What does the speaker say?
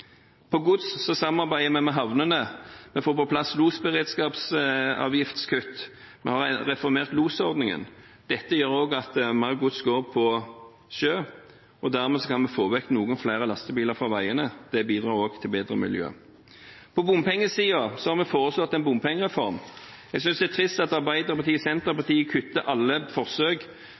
På gods samarbeider vi med havnene, vi får på plass kutt i losberedskapsavgiften, vi har reformert losordningen. Dette gjør også at mer gods går på sjø, og dermed kan vi få vekk noen flere lastebiler fra veiene. Det bidrar også til bedre miljø. På bompengesiden har vi foreslått en bompengereform. Jeg synes det er trist at Arbeiderpartiet og Senterpartiet kutter alle forsøk